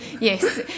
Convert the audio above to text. Yes